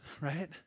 right